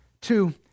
Two